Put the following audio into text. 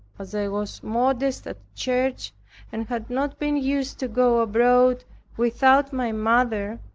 as i was modest at church and had not been used to go abroad without my mother,